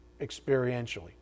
experientially